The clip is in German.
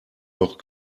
noch